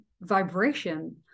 vibration